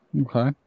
Okay